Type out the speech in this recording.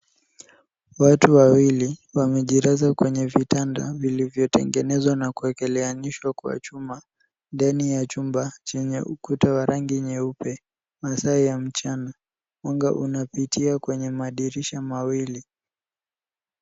Watu wawili wamejilaza kwenye vitanda vilivyotengenezwa na kuekeleanishwa kwa chuma ndani ya chumba chenye ukuta wa rangi nyeupe. Masaa ya mchana, mwanga unapitia kwenye madirisha mawili.